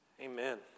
Amen